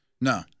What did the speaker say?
No